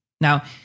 Now